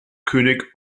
könig